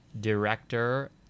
director